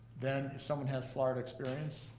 then if someone has florida experience,